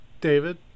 David